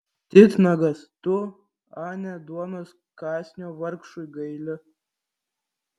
titnagas tu ane duonos kąsnio vargšui gaili